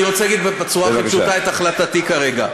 אני רוצה להגיד בצורה הכי פשוטה את החלטתי כרגע.